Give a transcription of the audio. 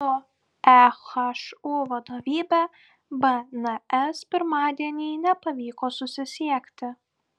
su ehu vadovybe bns pirmadienį nepavyko susisiekti